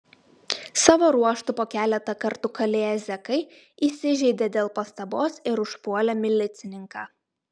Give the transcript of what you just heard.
savo ruožtu po keletą kartų kalėję zekai įsižeidė dėl pastabos ir užpuolė milicininką